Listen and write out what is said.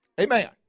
Amen